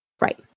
Right